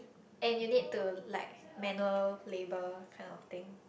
and you need to like manual labour kind of thing